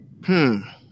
-hmm